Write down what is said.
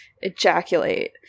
ejaculate